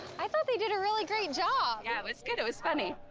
i thought they did a really great job. yeah, it was good. it was funny.